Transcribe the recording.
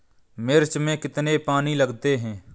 मिर्च में कितने पानी लगते हैं?